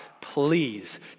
please